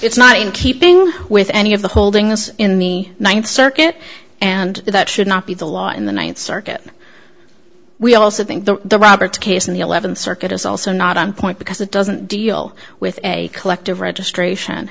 it's not in keeping with any of the holdings in me ninth circuit and that should not be the law in the ninth circuit we also think the roberts case in the eleventh circuit is also not on point because it doesn't deal with a collective registration